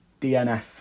DNF